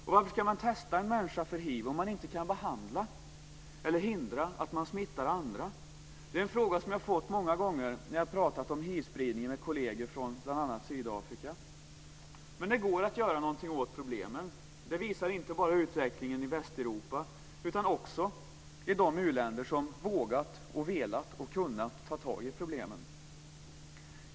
Och varför ska läkare testa en människa för hiv om de inte kan behandla eller hindra att man smittar andra? Det är en fråga som jag har fått många gånger när jag har pratat om hivspridningen med kolleger från bl.a. Sydafrika. Men det går att göra något åt problemen. Det visar inte bara utvecklingen i Västeuropa utan också utvecklingen i de u-länder som vågat, velat och kunnat ta tag i problemen.